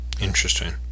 Interesting